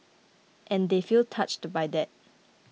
and they feel touched by that